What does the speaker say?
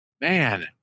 Man